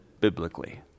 biblically